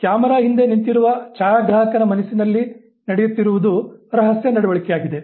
camera ಹಿಂದೆ ನಿಂತಿರುವ ಛಾಯಾಗ್ರಾಹಕನ ಮನಸ್ಸಿನಲ್ಲಿ ನಡೆಯುತ್ತಿರುವುದು ರಹಸ್ಯ ನಡವಳಿಕೆಯಾಗಿದೆ